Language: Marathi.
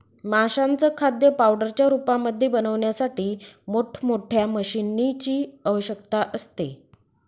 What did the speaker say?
माशांचं खाद्य पावडरच्या रूपामध्ये बनवण्यासाठी मोठ मोठ्या मशीनीं ची आवश्यकता असते